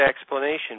explanation